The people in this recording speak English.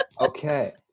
Okay